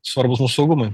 svarbūs mūsų saugumui